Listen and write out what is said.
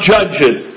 Judges